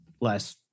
less